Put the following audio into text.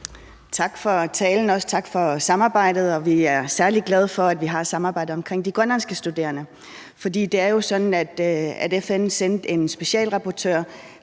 tak for samarbejdet. Vi er særlig glade for, at vi har samarbejdet om de grønlandske studerende, for det er jo sådan, at